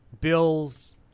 Bill's –